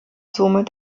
somit